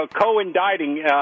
co-indicting